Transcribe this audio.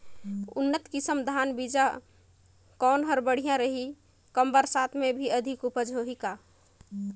उन्नत किसम धान बीजा कौन हर बढ़िया रही? कम बरसात मे भी अधिक उपज होही का?